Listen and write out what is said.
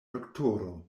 doktoro